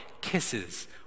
kisses